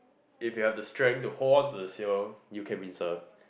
if you have the strength to hold on to the sail you can wind surf